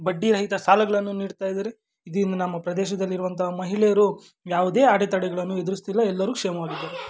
ಬಡ್ಡಿ ರಹಿತ ಸಾಲಗಳನ್ನು ನೀಡ್ತಾ ಇದ್ದಾರೆ ಇದಿನ್ನ ನಮ್ಮ ಪ್ರದೇಶದಲ್ಲಿರುವಂಥ ಮಹಿಳೆಯರು ಯಾವುದೇ ಅಡೆತಡೆಗಳನ್ನು ಎದುರಿಸ್ತಿಲ್ಲ ಎಲ್ಲರೂ ಕ್ಷೇಮವಾಗಿದಾರೆ